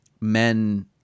men